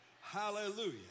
Hallelujah